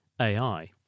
AI